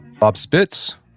bob spitz,